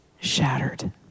shattered